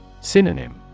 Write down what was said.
Synonym